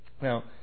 Now